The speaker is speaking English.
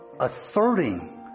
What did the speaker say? asserting